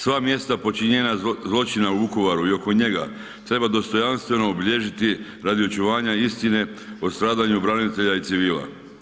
Sva mjesta počinjenja zločina u Vukovaru i oko njega treba dostojanstveno obilježiti radi očuvanja istine o stradanju branitelja i civila.